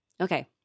Okay